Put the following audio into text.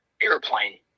airplane